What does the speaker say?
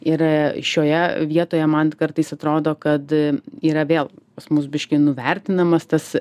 ir šioje vietoje man kartais atrodo kad yra vėl pas mus biškį nuvertinamas tas